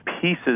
Pieces